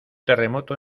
terremoto